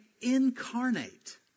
incarnate